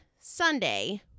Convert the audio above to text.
Sunday